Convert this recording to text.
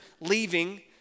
leaving